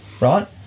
right